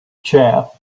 chap